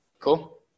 Cool